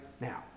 now